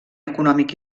econòmic